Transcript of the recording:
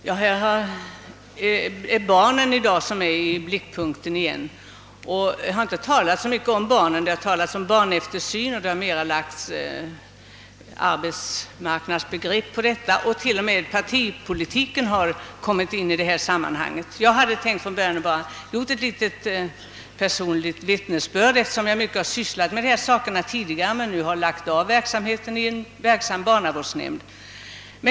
Herr talman! Det är barnen som är i blickpunkten i dag igen, men det har inte talats så mycket om barnen utan mera om eftersyn och man har mera lagt statsbidragssynpunkter på denna fråga. Till och med partipolitiken har kommit in i detta sammanhang. Jag vill göra ett litet personligt vittnesbörd, eftersom jag tidigare sysslat med dessa frågor i en verksam barnavårdsnämnd.